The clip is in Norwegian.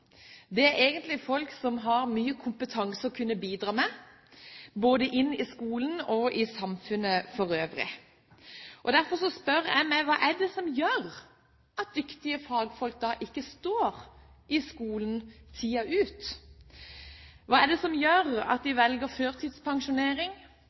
Det er egentlig folk som har mye kompetanse å kunne bidra med, både inn i skolen og i samfunnet for øvrig. Derfor spør jeg meg: Hva er det som gjør at dyktige fagfolk da ikke står i skolen tiden ut? Hva er det som gjør at